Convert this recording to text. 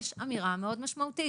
יש אמירה מאוד משמעותית.